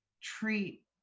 treat